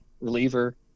reliever